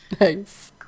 Nice